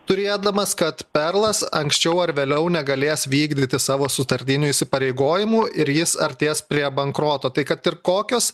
turėdamas kad perlas anksčiau ar vėliau negalės vykdyti savo sutartinių įsipareigojimų ir jis artės prie bankroto tai kad ir kokios